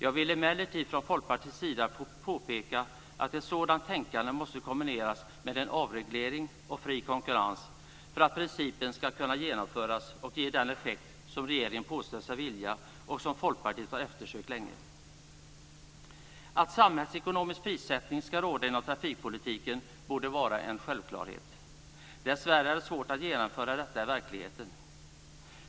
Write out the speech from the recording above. Jag vill emellertid påpeka att ett sådant tänkande måste kombineras med en avreglering och fri konkurrens för att principen ska kunna genomföras och ge den effekt som regeringen påstår sig vilja ha och som Folkpartiet länge har eftersökt. Att samhällsekonomisk prissättning ska råda inom trafikpolitiken borde vara en självklarhet. Dessvärre är det svårt att genomföra detta i verkligheten.